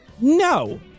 no